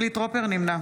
נמנע